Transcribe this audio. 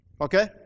Okay